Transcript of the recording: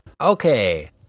Okay